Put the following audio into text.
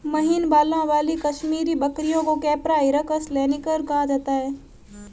महीन बालों वाली कश्मीरी बकरियों को कैपरा हिरकस लैनिगर कहा जाता है